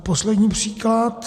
Poslední příklad.